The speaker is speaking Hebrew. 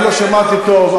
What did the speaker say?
אני לא שמעתי טוב,